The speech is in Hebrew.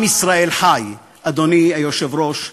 עם ישראל חי, אדוני היושב-ראש.